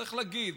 צריך להגיד